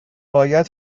باید